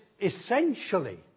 essentially